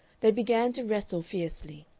they began to wrestle fiercely.